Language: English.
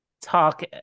talk